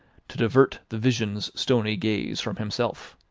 to divert the vision's stony gaze from himself.